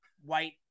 white